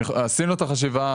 עשינו את החשיבה,